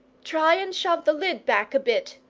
try and shove the lid back a bit,